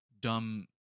dumb